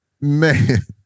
man